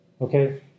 okay